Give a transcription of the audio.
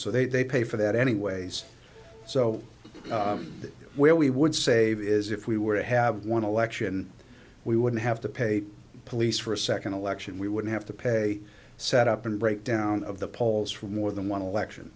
so they pay for that anyways so where we would save is if we were to have one election we wouldn't have to pay police for a second election we would have to pay setup and breakdown of the polls for more than one election